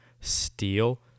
steal